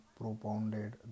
propounded